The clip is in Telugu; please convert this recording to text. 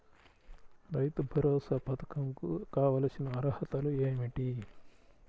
రైతు భరోసా పధకం కు కావాల్సిన అర్హతలు ఏమిటి?